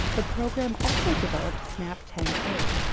the program also developed snap ten a,